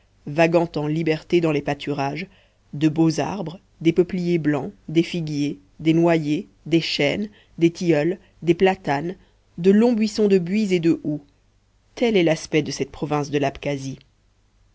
vaguant en liberté dans les pâturages de beaux arbres des peupliers blancs des figuiers des noyers des chênes des tilleuls des platanes de longs buissons de buis et de houx tel est l'aspect de cette province de l'abkasie